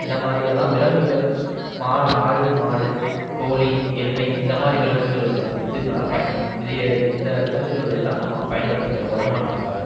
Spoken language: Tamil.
இந்த மாதிரியெல்லாம் விலங்குகள் மா ஆடு மாடு கோழி எருமை இந்த மாதிரி விலங்குகள் வந்து இதனால பயன் இதை இந்த விலங்குகள் எல்லாம் நம்ம பயன்படுத்திக்கிறோம் வருமானத்துக்காக